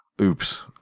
oops